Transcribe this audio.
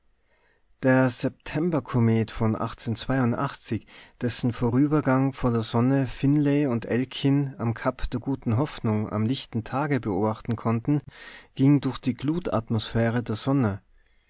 der septemberkomet von dessen vorübergang vor der sonne finlay und elkin am kap der guten hoffnung am lichten tage beobachten konnten ging durch die glutatmosphäre der sonne